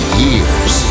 years